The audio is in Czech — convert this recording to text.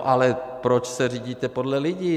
Ale proč se řídíte podle lidí?